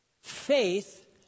faith